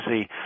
see